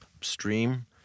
stream